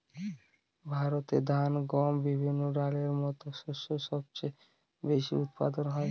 ভারতে ধান, গম, বিভিন্ন ডালের মত শস্য সবচেয়ে বেশি উৎপাদন হয়